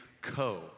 Co